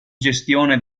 gestione